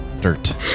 dirt